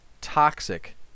toxic